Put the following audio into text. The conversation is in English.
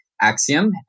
Axiom